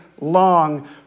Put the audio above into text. long